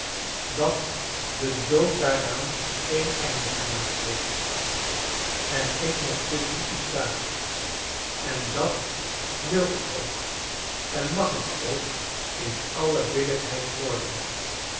dat de dood daaraan geen einde gemaakt heeft en ik nog tusschen u sta en dat wil ik ook en mag ik ook in aile billijkheid vorderen